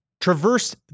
traverse